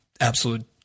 absolute